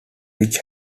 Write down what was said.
which